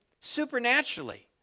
supernaturally